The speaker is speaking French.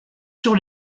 sur